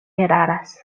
eraras